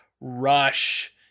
Rush